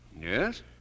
Yes